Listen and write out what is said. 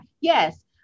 Yes